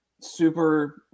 super